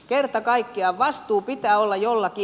kerta kaikkiaan vastuun pitää olla jollakin